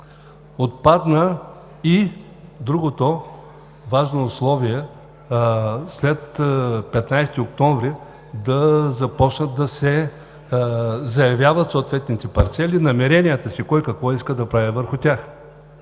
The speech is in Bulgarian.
Отпадна и другото важно условие: след 15 октомври да започнат да се заявяват намеренията кой какво иска да прави върху